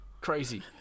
Crazy